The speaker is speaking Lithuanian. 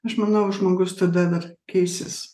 aš manau žmogus tada dar keisis